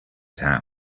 town